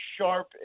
sharp